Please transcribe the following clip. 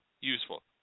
useful